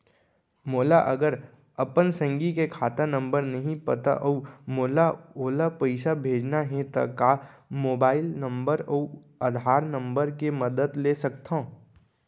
मोला अगर अपन संगी के खाता नंबर नहीं पता अऊ मोला ओला पइसा भेजना हे ता का मोबाईल नंबर अऊ आधार नंबर के मदद ले सकथव?